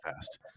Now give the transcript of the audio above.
fast